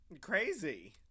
Crazy